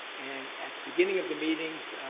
and at the beginning of the meetings,